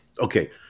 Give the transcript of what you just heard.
okay